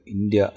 India